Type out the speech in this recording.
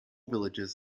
villagers